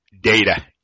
data